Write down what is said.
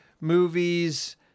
movies